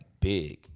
big